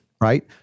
Right